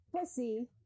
Pussy